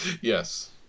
yes